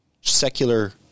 secular